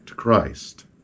christ